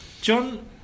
John